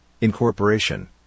incorporation